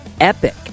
epic